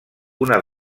una